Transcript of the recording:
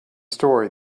story